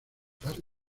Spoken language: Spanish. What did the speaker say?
tarde